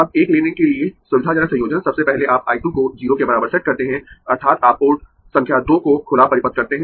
अब एक लेने के लिए सुविधाजनक संयोजन सबसे पहले आप I 2 को 0 के बराबर सेट करते है अर्थात् आप पोर्ट संख्या 2 को खुला परिपथ करते है